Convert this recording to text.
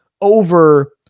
over